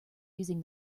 using